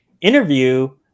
interview